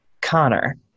Connor